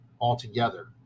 altogether